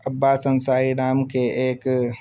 عبّاس انصاری نام کے ایک